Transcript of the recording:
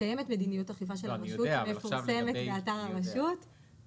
קיימת מדיניות אכיפה של הרשות והיא מפורסמת.